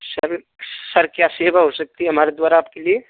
sir sir क्या सेवा हो सकती है हमारे द्वारा आपके लिए